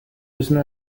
müssen